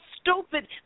stupid